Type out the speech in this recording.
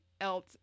else